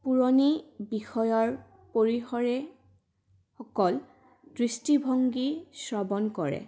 পুৰণি বিষয়ৰ পৰিসৰেসকল দৃষ্টিভংগী শ্ৰৱণ কৰে